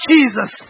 Jesus